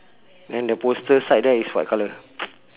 then the poster side there is what colour